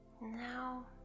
Now